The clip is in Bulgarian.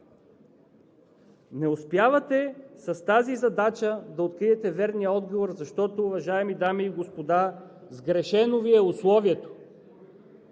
Не успявате с тази задача да откриете верния отговор, защото, уважаеми дами и господа, сгрешено Ви е условието.